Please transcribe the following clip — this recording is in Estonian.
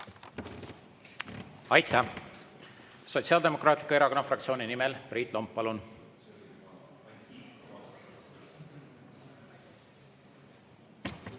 Aitäh!